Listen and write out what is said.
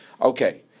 Okay